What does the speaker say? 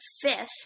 fifth